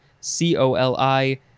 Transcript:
C-O-L-I